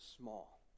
small